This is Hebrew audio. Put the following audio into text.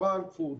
פרנקפורט,